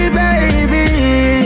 baby